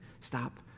stop